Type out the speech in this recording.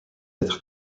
être